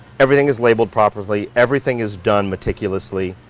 everything is labeled properly. everything is done meticulously.